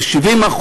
ב-70%,